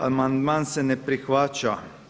Amandman se ne prihvaća.